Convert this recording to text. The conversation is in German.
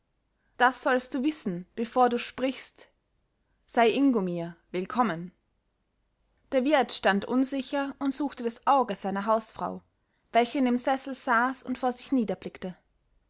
das sollst du wissen bevor du sprichst sei ingo mir willkommen der wirt stand unsicher und suchte das auge seiner hausfrau welche in dem sessel saß und vor sich